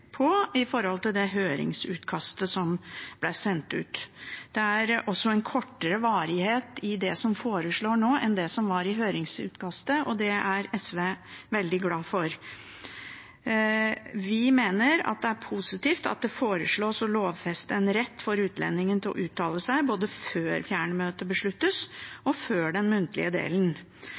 i det høringsutkastet som ble sendt ut. Det er også en kortere varighet i det som foreslås nå, enn det var i høringsutkastet, og det er SV veldig glad for. Vi mener det er positivt at det foreslås å lovfeste en rett for utlendingen til å uttale seg både før fjernmøtet besluttes, og før den muntlige delen.